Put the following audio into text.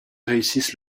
réussisse